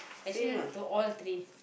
actually to all three